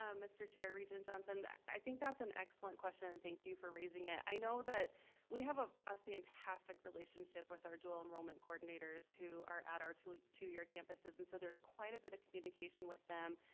um mr. chair, regent johnson. i think that's an excellent question. thank you for raising it. i know that we have ah a fantastic relationship with our dual enrollment coordinators who are at our like two-year campuses, and so there's quite a bit of communication with them.